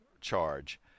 charge